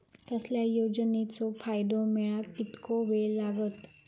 कसल्याय योजनेचो फायदो मेळाक कितको वेळ लागत?